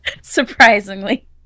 Surprisingly